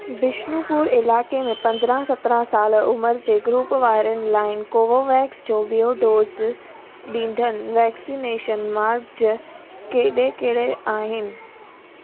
बिष्णुपुर इलाइक़े में पंद्रहं सत्रहं साल उमिरि जे ग्रूप वारनि लाइ कोवोवेक्स जो बि॒यो डोज़ ॾींदड़ वैक्सनेशन मर्कज़ कहिड़े कहिड़े आहिन